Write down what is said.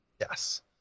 Yes